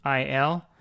il